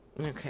okay